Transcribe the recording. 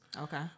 okay